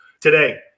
Today